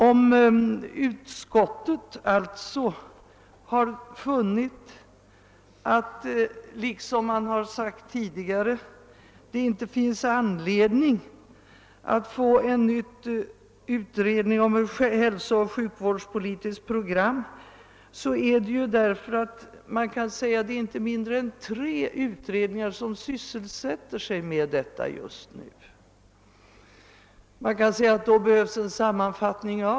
Då utskottet alltså har funnit att det, såsom tidigare framhållits, inte finns anledning att tillsätta en ny utredning om ett hälsooch sjukvårdspolitiskt program är anledningen, att det kan sägas att inte mindre än tre utredningar sysselsätter sig med saken just nu. Då kan det sägas att det behövs en sammanfattning.